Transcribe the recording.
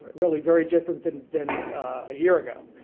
really very different than than a year ago.